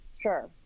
sure